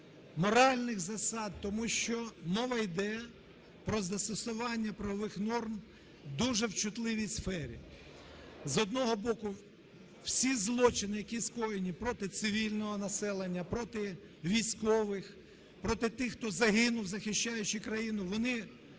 моральних засад, тому що мова йде про застосування правових норм в дуже чутливій сфері, з одного боку, всі злочини, які скоєні проти цивільного населення, проти військових, проти тих, хто загинув, захищаючи країну, вони